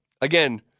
again